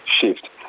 shift